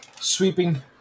sweeping